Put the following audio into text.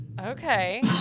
Okay